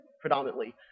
predominantly